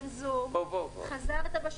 חזרת,